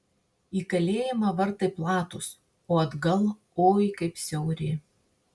į kalėjimą vartai platūs o atgal oi kaip siauri